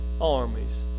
armies